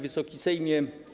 Wysoki Sejmie!